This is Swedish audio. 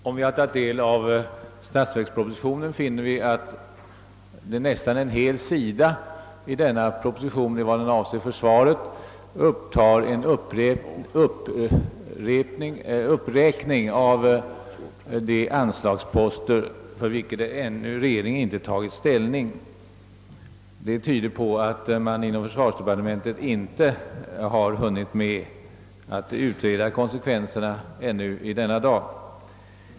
Om vi tar del av statsverkspropositionen finner vi att nästan en hel sida i denna proposition i vad den avser försvaret upptar en uppräkning av de anslagsposter, till vilka regeringen ännu inte har tagit ställning. Det tyder på att man inom försvarsdepartementet inte har hunnit med att utreda konsekvenserna ännu i denna dag.